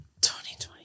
2020